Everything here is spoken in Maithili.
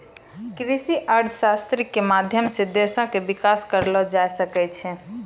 कृषि अर्थशास्त्रो के माध्यम से देशो के विकास करलो जाय सकै छै